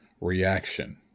reaction